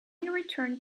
returned